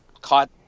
caught